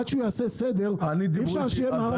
אבל עד שהוא יעשה סדר אי אפשר שיהיה מערב פרוע.